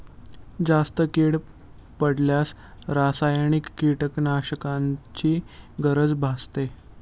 जास्त कीड पडल्यास रासायनिक कीटकनाशकांची गरज भासते